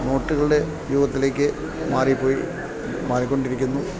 നോട്ടുകളുടെ യുഗത്തിലേക്കു മാറിപ്പോയി മാറിക്കൊണ്ടിരിക്കുന്നു